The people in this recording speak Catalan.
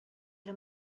era